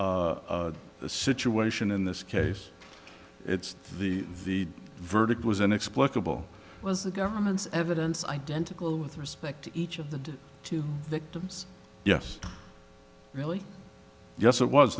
situation in this case it's the the verdict was inexplicable was the government's evidence identical with respect to each of the two victims yes really yes it was